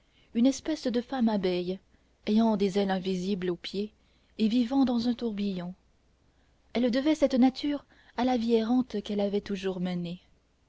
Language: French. une espèce de femme abeille ayant des ailes invisibles aux pieds et vivant dans un tourbillon elle devait cette nature à la vie errante qu'elle avait toujours menée